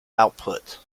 output